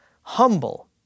humble